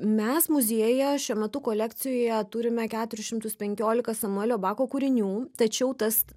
mes muziejuje šiuo metu kolekcijoje turime keturis šimtus penkiolika samuelio bako kūrinių tačiau tas